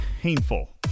painful